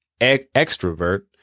extrovert